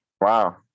Wow